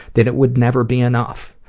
that it would never be enough.